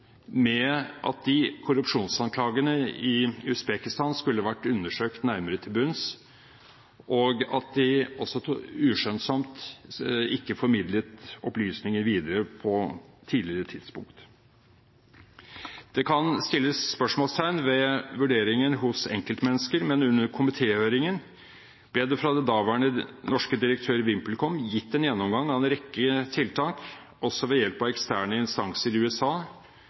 med at korrupsjonsanklagene i Usbekistan skulle vært undersøkt nærmere, og også at de uskjønnsomt ikke formidlet opplysninger videre på et tidligere tidspunkt. Det kan settes spørsmålstegn ved vurderingen hos enkeltmennesker, men under komitéhøringen ble det fra den daværende norske direktøren i VimpelCom gitt en gjennomgang av en rekke tiltak, også ved hjelp av eksterne instanser i USA,